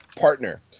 partner